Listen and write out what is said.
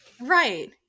Right